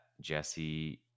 Jesse